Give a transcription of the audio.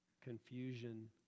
confusion